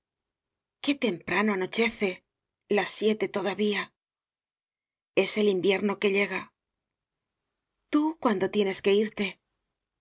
qué temprano anochece las siete todavía es el invierno que llega tú cuando tienes que irte